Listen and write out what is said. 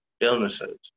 illnesses